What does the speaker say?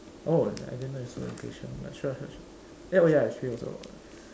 oh I didn't know you're so impatient but sure sure sure eh oh ya it's three also